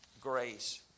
grace